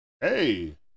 Hey